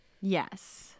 yes